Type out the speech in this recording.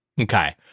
Okay